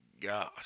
God